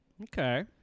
Okay